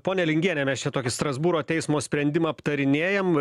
ponia lingiene mes čia tokį strasbūro teismo sprendimą aptarinėjam